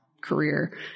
career